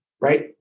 right